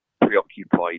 preoccupied